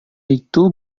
itu